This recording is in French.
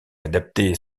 adaptés